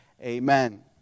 Amen